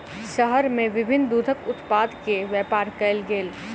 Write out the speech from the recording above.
शहर में विभिन्न दूधक उत्पाद के व्यापार कयल गेल